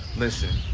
listen,